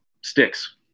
sticks